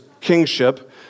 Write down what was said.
kingship